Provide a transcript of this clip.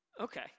Okay